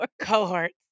cohorts